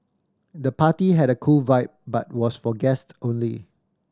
the party had a cool vibe but was for guest only